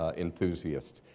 ah enthusiasts.